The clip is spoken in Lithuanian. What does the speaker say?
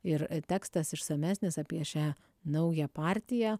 ir tekstas išsamesnis apie šią naują partiją